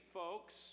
folks